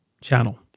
channel